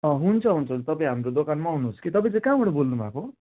हुन्छ हुन्छ तपाईँ हाम्रो दोकानमा आउनुहोस् कि तपाईँ चाहिँ कहाँबाट बोल्नुभएको हो